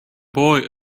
boy